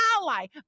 ally